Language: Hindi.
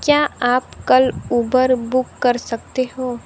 क्या आप कल उबर बुक कर सकते हो